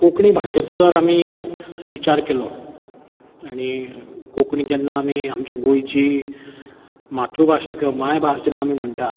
कोंकणी भाशेचो जर आमी विचार केलो आनी कोंकणी जेन्ना आमी आमच्या गोंयची मातृभाशा किंवा मायभास जेन्ना म्हणटा